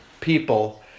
people